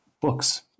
books